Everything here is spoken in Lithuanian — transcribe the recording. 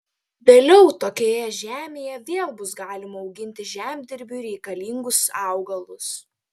vėliau tokioje žemėje vėl bus galima auginti žemdirbiui reikalingus augalus